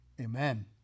Amen